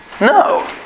No